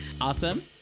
Awesome